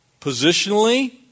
Positionally